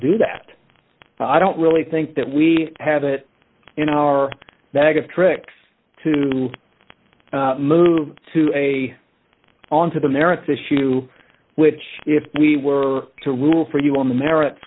do that i don't really think that we have it in our baggage tricks to move to a on to the merits issue which if we were to rule for you on the merits